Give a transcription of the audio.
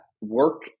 work